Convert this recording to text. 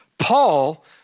Paul